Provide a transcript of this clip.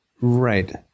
Right